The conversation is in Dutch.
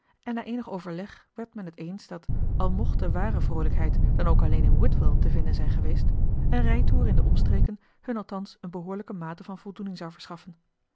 en na eenig overleg werd men het eens al mocht de ware vroolijkheid dan ook alleen in whitwell te vinden zijn geweest een rijtoer in de omstreken hun althans een behoorlijke mate van voldoening zou verschaffen